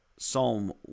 Psalm